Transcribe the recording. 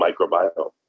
microbiome